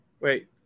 Wait